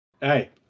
Hey